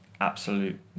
absolute